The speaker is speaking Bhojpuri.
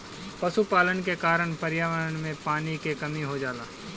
पशुपालन के कारण पर्यावरण में पानी क कमी हो जाला